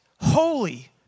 holy